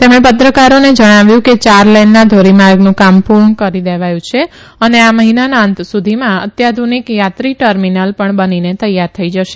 તેમણે પત્રકારોને જણાવ્યું કે યાર લેનના ઘોરીમાર્ગનું કામ પુરૂ કરી દેવાયું છે અને આ મહિનાના અંત સુધીમાં અત્યાધુનિક યાત્રી ટર્મીનલ પણ બનીને તૈયાર થઇ જશે